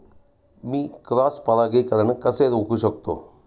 मी cross परागीकरण कसे रोखू शकतो?